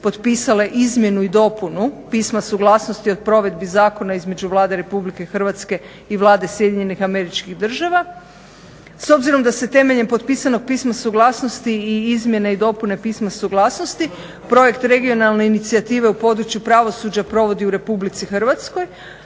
potpisale izmjenu i dopunu Pisma suglasnosti o provedbi zakona između Vlade Republike Hrvatske i Vlade Sjedinjenih Američkih Država. S obzirom da se temeljem potpisanog Pisma suglasnosti i izmjene i dopune Pisma suglasnosti projekt regionalne inicijative u području pravosuđa provodi u Republici Hrvatskoj